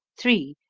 three.